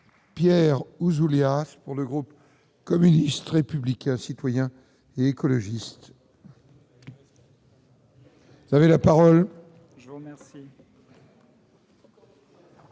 Pierre Ouzoulias pour le groupe communiste, républicain, citoyen et écologiste. Vous avez la parole, je vous remercie.